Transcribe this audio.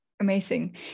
amazing